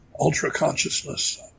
ultra-consciousness